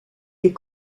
des